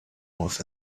was